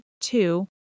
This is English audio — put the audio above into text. two